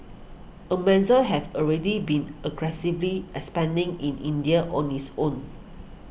Amazon has already been aggressively expanding in India on its own